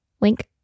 Link